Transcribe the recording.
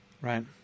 right